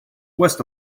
west